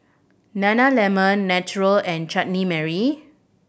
Nana Lemon Naturel and Chutney Mary